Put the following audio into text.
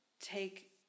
take